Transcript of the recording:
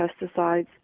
pesticides